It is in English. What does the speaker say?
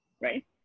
right